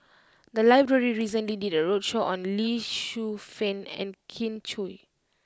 the library recently did a roadshow on Lee Shu Fen and Kin Chui